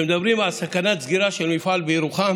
כשמדברים על סכנת סגירה של מפעל בירוחם